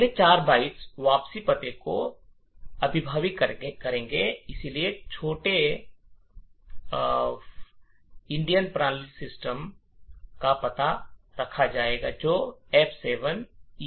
अगले चार बाइट वापसी पते को अधिभावी करेंगे इसलिए छोटे भारतीय प्रारूप में सिस्टम फ़ंक्शन का पता रखा जाएगा जो F7E42940 है